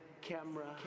camera